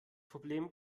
problem